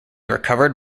recovered